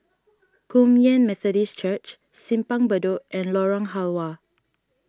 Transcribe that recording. Kum Yan Methodist Church Simpang Bedok and Lorong Halwa